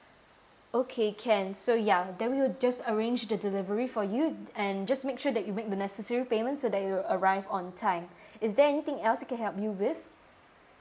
okay can so ya then we will just arrange the delivery for you and just make sure that you make the necessary payments so that it'll arrive on time is there anything else I can help you with